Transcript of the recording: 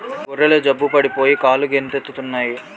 గొర్రెలు జబ్బు పడిపోయి కాలుగుంటెత్తన్నాయి